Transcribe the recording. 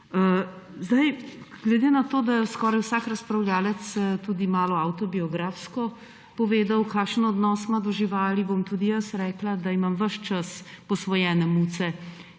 Glede na to, da je skoraj vsak razpravljavec tudi malo avtobiografsko povedal, kakšen odnos ima do živali, bom tudi jaz rekla, da imam ves čas posvojene muce